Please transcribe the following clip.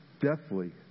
deathly